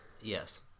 Yes